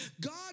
God